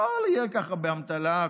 הכול יהיה ככה באמתלה,